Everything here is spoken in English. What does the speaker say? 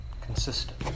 consistent